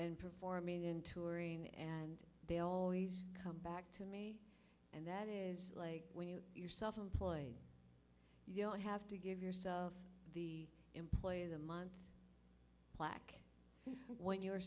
and performing in touring and they always come back to me and that is like when you yourself employed you don't have to give yourself the employee of the month plaque when your